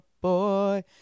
boy